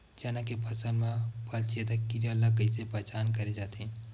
चना के फसल म फल छेदक कीरा ल कइसे पहचान करे जाथे?